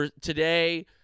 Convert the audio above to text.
Today